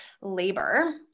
labor